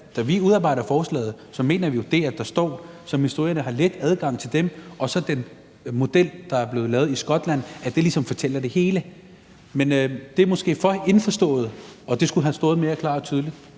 har udarbejdet forslaget, jo, når der står: »så menstruerende har let adgang til dem«, og i forhold til den model, der er blevet lavet i Skotland, fortæller det ligesom det hele. Men det er måske for indforstået, og det skulle have stået mere klart og tydeligt